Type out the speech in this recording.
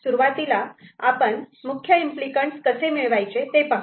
सुरुवातीला आपण मुख्य इम्पली कँट कसे मिळवायचे ते पाहू